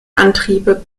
antriebe